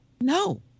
no